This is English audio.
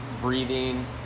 breathing